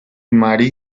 marie